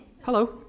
Hello